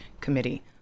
Committee